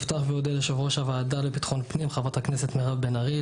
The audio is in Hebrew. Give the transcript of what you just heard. אפתח ואודה ליושבת-ראש הוועדה לביטחון פנים חברת הכנסת מירב בן ארי.